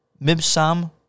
Mibsam